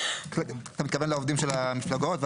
אתה מתכוון לעובדים של המפלגות?